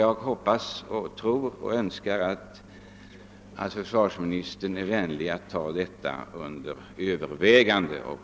Jag hoppas därför att försvarsministern är vänlig och överväger denna fråga och tar initiativ till en ändring.